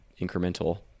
incremental